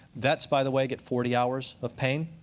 vets, by the way, get forty hours of pain,